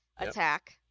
Attack